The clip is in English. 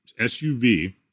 SUV